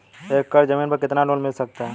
एक एकड़ जमीन पर कितना लोन मिल सकता है?